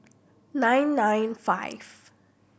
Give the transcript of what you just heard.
nine nine five